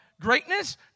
greatness